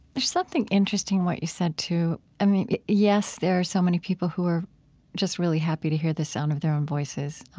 there's something interesting in what you said too. i mean, yes, there are so many people who are just really happy to hear the sound of their own voices.